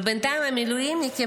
ובינתיים המילואימניקים